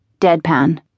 deadpan